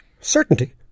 certainty